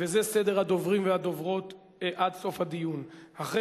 וזה סדר הדוברים והדוברות עד סוף הדיון: אחרי